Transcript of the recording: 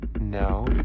no